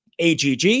AGG